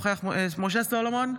נוכח משה סולומון,